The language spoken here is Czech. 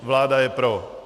Vláda je pro.